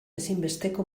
ezinbesteko